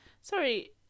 Sorry